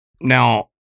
Now